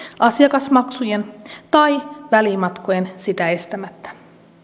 asiakasmaksujen tai välimatkojen sitä estämättä